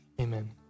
amen